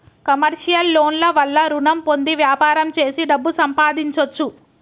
commercial loan ల వల్ల రుణం పొంది వ్యాపారం చేసి డబ్బు సంపాదించొచ్చు